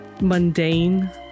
mundane